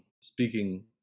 speaking